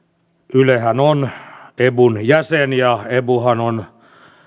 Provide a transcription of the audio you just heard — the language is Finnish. ylehän on ebun jäsen ja ebuhan on